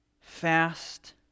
fast